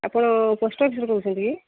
ଆପଣ ପୋଷ୍ଟ୍ ଅଫିସ୍ରୁ କହୁଛନ୍ତି କି